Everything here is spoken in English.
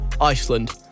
Iceland